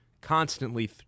constantly